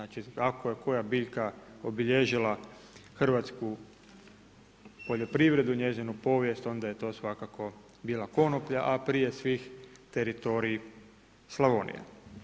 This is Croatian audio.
Ako je koja biljka obilježila Hrvatsku poljoprivredu, njezinu povijest onda je to svakako bila konoplja, a prije svih teritorij Slavonije.